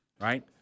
right